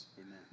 Amen